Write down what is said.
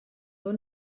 nur